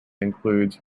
includes